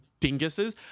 dinguses